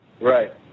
Right